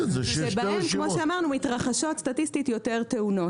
שבהם מתרחשות סטטיסטית יותר תאונות.